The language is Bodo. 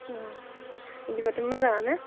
बिदिबाथ' मोजाङानो